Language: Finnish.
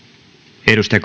arvoisa